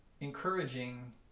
encouraging